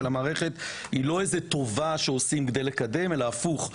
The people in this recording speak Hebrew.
המערכת היא לא טובה שעושים כדי לקדם אלא הפוך,